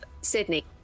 Sydney